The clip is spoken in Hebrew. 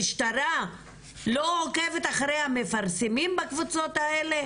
המשטרה לא עוקבת אחרי המפרסמים בקבוצות האלה?